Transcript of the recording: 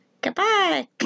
Goodbye